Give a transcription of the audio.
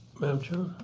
madam chair.